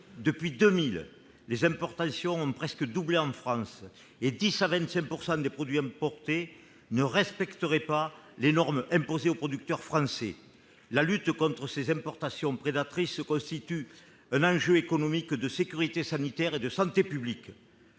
Depuis 2000, les importations ont presque doublé en France. Or de 10 % à 25 % des produits importés ne respecteraient pas les normes imposées aux producteurs français. La lutte contre ces importations prédatrices constitue un enjeu à la fois économique, de sécurité sanitaire et de santé publique.